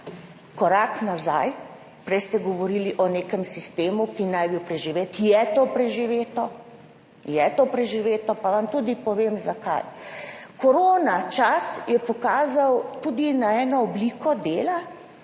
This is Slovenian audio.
korak nazaj. Prej ste govorili o nekem sistemu, ki naj bi bil preživet. To je preživeto in vam tudi povem, zakaj. Koronačas je pokazal tudi na eno obliko dela,